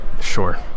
Sure